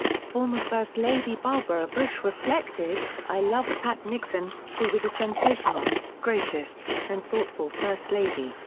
former first lady barbara bush reflected, i loved pat nixon, who was a sensational, gracious, and thoughtful first lady,